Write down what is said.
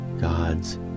God's